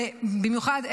ובמיוחד לך,